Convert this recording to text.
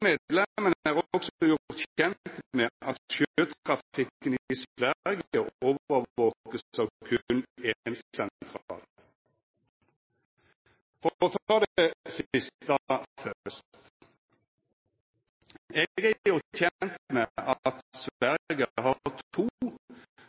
er også gjort kjent med at sjøtrafikken i Sverige overvåkes